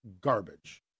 garbage